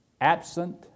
Absent